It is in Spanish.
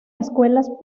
escuelas